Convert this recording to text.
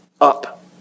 Up